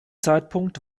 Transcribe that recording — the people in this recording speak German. zeitpunkt